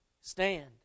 stand